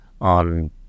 on